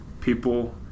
people